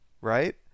right